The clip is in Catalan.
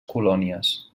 colònies